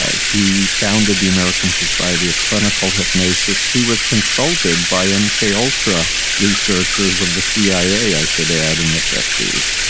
ah he founded the american society of clinical hypnosis. he was consulted by m k. ultra researchers of the cia, i should add, in the fifty s.